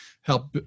help